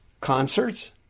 concerts